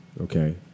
Okay